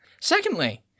Secondly